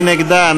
מי נגדה?